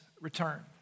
return